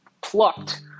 plucked